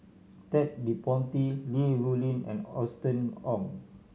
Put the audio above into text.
Ted De Ponti Li Rulin and Austen Ong